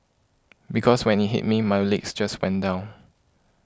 because when it hit me my legs just went down